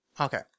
Okay